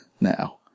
now